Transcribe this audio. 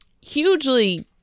hugely